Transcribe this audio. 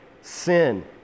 sin